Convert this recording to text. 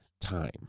time